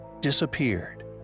disappeared